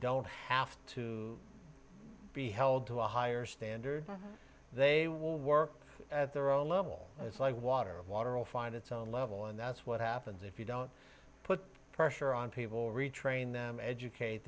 don't have to be held to a higher standard they will work at their own level it's like water of water will find its own level and that's what happens if you don't put pressure on people retrain them educate